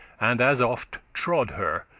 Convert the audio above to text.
and as oft trode her,